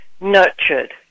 nurtured